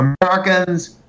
Americans